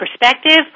perspective